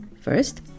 First